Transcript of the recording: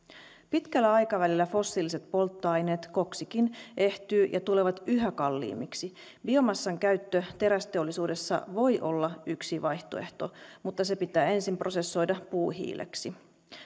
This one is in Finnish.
pitkällä aikavälillä fossiiliset polttoaineet koksikin ehtyvät ja tulevat yhä kalliimmiksi biomassan käyttö terästeollisuudessa voi olla yksi vaihtoehto mutta se pitää ensin prosessoida puuhiileksi